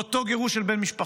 אותו גירוש של בן משפחה.